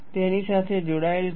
તેની સાથે જોડાયેલ છે